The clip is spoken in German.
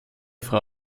frau